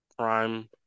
prime